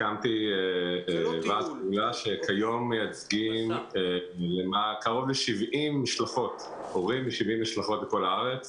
הקמתי ועד פעולה שכיום מייצג הורים של קרוב ל-70 משלחות בכל הארץ.